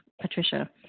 Patricia